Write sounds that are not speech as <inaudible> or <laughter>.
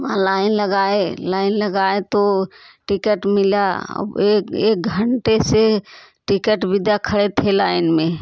वहाँ लाइन लगाए लाइन लगाएँ तो टिकट मिला अब एक एक घंटे से टिकट <unintelligible> खड़े थे लाइन में